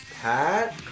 Pat